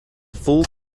full